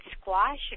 squash